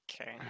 Okay